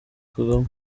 kagame